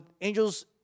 angels